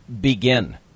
begin